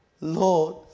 Lord